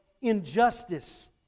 injustice